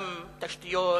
גם תשתיות,